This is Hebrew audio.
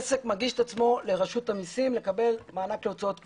עסק שמגיש את עצמו לרשות המסים לקבל מענק כהוצאות קבועות.